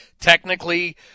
technically